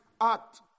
act